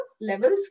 levels